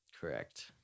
Correct